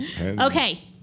Okay